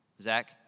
Zach